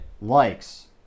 likes